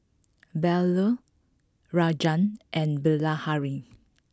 Bellur Rajan and Bilahari